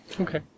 Okay